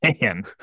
man